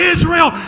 Israel